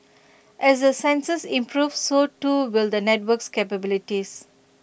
as the sensors improve so too will the network's capabilities